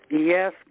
Yes